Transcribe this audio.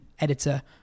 editor